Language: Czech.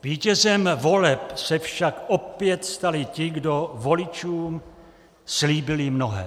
Vítězem voleb se však opět stali ti, kdo voličům slíbili mnohé.